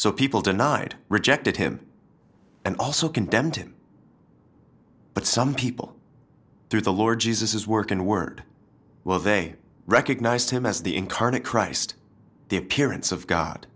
so people denied rejected him and also condemned him but some people through the lord jesus his work in word while they recognized him as the incarnate christ the appearance of god